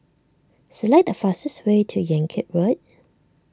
select the fastest way to Yan Kit Road